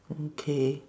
okay